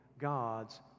God's